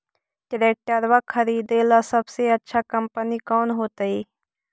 Tractor खरीदेला सबसे अच्छा कंपनी कौन होतई?